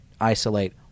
isolate